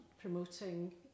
promoting